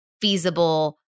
feasible